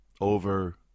over